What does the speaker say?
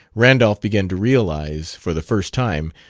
randolph began to realize, for the first time,